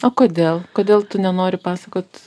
o kodėl kodėl tu nenori pasakot